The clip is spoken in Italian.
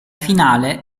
finale